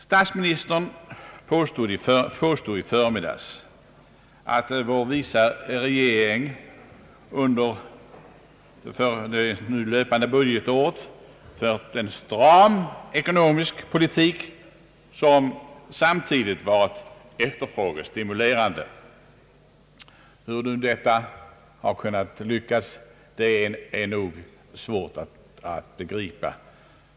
Statsministern påstod i förmiddags att vår visa regering under nu löpande budgetår fört en stram ekonomisk politik, som samtidigt har varit efterfrågestimulerande. Hur nu ett dylikt balansnummer har kunnat lyckas är nog svårt att begripa.